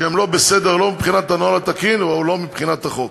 שהם לא בסדר מבחינת הנוהל התקין או מבחינת החוק.